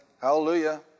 Hallelujah